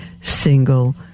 single